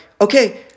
okay